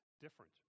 different